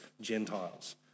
Gentiles